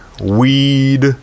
weed